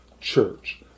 church